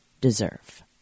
Deserve